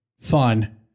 fun